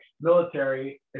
military